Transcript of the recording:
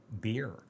beer